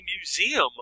museum